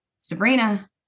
Sabrina